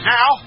Now